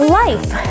life